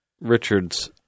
Richard's